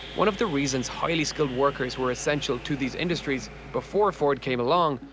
one of the reasons highly skilled workers were essential to these industries before ford came along,